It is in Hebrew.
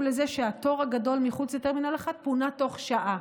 לזה שהתור הגדול מחוץ לטרמינל 1 פונה תוך שעה.